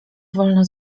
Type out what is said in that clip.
wolno